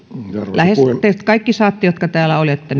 te kaikki jotka olette